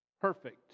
perfect